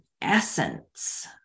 essence